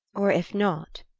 or if not,